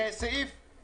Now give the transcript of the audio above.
סעיף